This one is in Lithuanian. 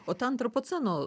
o ta antropoceno